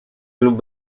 club